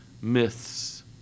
myths